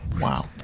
wow